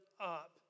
up